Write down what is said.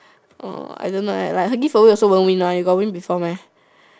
!wah! I don't know eh like her give away also won't win one you got win before meh